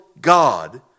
God